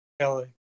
Kelly